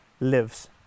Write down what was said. lives